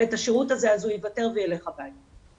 את השירות הזה אז הוא יוותר וילך הביתה.